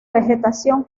vegetación